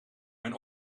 mijn